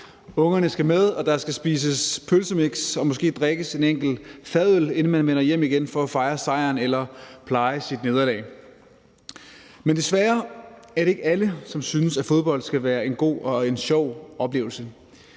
ungerne skal med, og der skal spises pølsemiks og måske drikkes en enkelt fadøl, inden man vender hjem igen for at fejre sejren eller pleje sit nederlag. Men desværre er det ikke alle, som synes, at fodbold skal være en god og en sjov oplevelse.